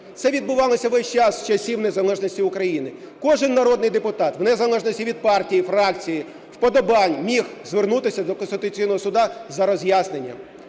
Це відбувалося весь час з часів незалежності України: кожен народний депутат в незалежності від партії, фракції, вподобань міг звернутися до Конституційного Суду за роз'ясненням.